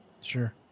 sure